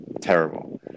terrible